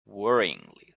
worryingly